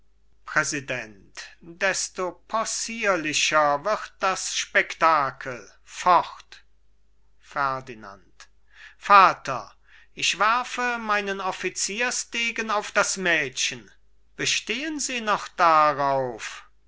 präsident desto possierlicher wird das spektakel fort ferdinand vater ich werfe meinen officiersdegen auf das mädchen bestehen sie noch darauf